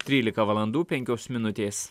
trylika valandų penkios minutės